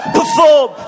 perform